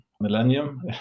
millennium